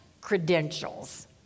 credentials